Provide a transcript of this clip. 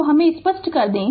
तो हम इसे स्पष्ट कर देते